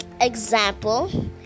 example